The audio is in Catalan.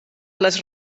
les